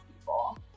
people